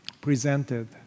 presented